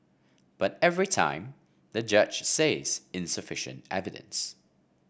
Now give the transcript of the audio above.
but every time the judge says insufficient evidence